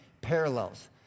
parallels